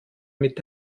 mit